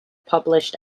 published